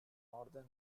northern